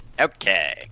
Okay